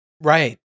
Right